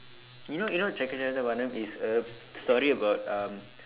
you know you know Chekka Chivantha வானம்:sekkachsivandtha vaanam is a story about um